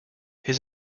his